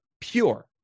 pure